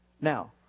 Now